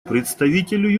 представителю